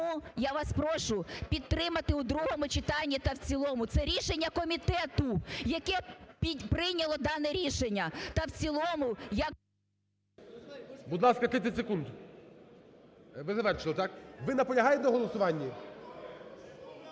я вас прошу підтримати у другому читанні та в цілому, це рішення комітету, яке прийняло дане рішення та в цілому. ГОЛОВУЮЧИЙ. Будь ласка, 30 секунд. Ви завершили, так? Ви наполягаєте на голосуванні?